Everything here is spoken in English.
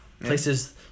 places